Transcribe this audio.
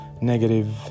negative